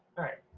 alright,